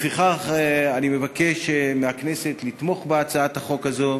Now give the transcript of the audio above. לפיכך, אני מבקש מהכנסת לתמוך בהצעת החוק הזאת